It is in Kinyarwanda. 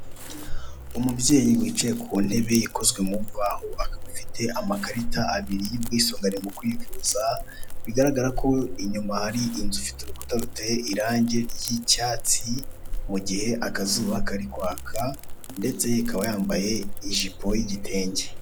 Umubyeyi wicaye ku ntebe y'urubaho, akaba afite amakarita abiri y'ubwisungane mu kwivuza, bigaragara ko inyuma hari inzu ifite urukuta rw'icyatsi, mu gihe akazuba kari kwaka, akaba yambaye n'ishati y'igitenge.